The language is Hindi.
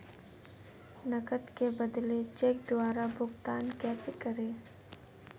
नकद के बदले चेक द्वारा भुगतान कैसे करें?